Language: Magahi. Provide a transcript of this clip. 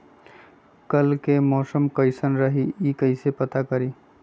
कल के मौसम कैसन रही कई से पता करी?